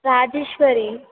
Rajeshwari